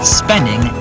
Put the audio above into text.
spending